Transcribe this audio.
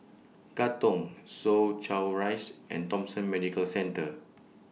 Katong Soo Chow Rise and Thomson Medical Centre